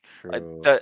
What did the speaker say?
true